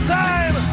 time